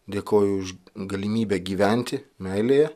dėkoju už galimybę gyventi meilėje